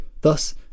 Thus